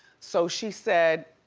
so she said,